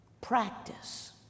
practice